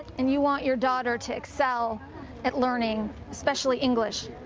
and you want your daughter to excel at learning, especially english.